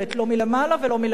לא מלמעלה ולא מלמטה.